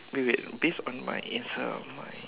wait wait based on my it's a my